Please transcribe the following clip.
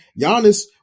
Giannis